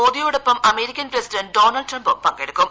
മോദിയോടൊപ്പം American president Donald ട്രംപും പങ്കെടുക്കും